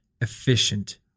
efficient